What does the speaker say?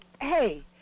hey